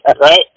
right